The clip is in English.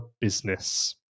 business